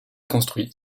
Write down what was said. construit